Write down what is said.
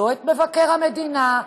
לא את מבקר המדינה,